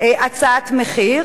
הצעת מחיר,